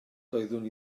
doeddwn